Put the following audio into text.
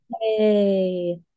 yay